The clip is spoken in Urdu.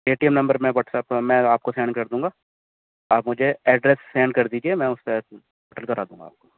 اے ٹی ایم نمبر میں واٹسپ میں آپ کو سینڈ کر دوں گا آپ مجھے ایڈریس سینڈ کر دیجیے میں اس پہ پھر کرا دوں گا آپ کو